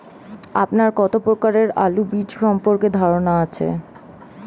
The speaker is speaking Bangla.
আপনার কত প্রকারের আলু বীজ সম্পর্কে ধারনা আছে?